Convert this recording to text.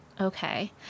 Okay